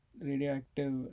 radioactive